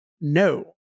no